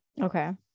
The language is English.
Okay